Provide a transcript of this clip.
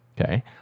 Okay